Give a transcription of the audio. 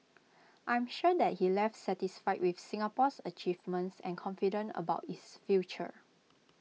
I'm sure that he left satisfied with Singapore's achievements and confident about its future